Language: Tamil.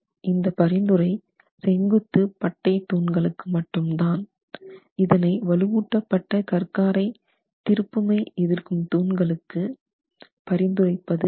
இந்த பரிந்துரை செங்குத்து பட்டை தூண்களுக்கு மட்டும்தான் இதனை வலுவூட்டப்பட்ட கற்காரை திருப்பமை எதிர்க்கும் தூண்களுக்கு பரிந்துரைப்பது அல்ல